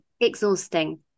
exhausting